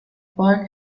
park